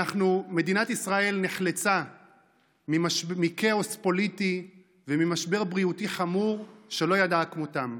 מדינת ישראל נחלצה מכאוס פוליטי וממשבר בריאותי חמור שלא ידעה כמותם.